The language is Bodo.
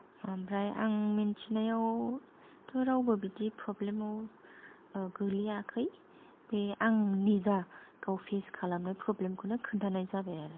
ओमफ्राय आं मिन्थिनायावथ' रावबो बिदि प्रब्लेमाव गोलैयाखै बे आं निजा गाव फेस खालामनाय प्रब्लेमखौनो खोन्थानाय जाबाय आरो